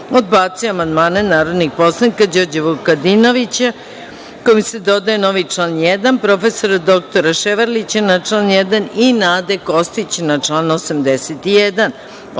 odbacio je amandmane narodnih poslanika Đorđa Vukadinovića kojim se dodaje novi član 1, prof. dr Ševarlića na član 1. i Nade Kostić na član